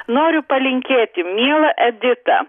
noriu palinkėti miela edita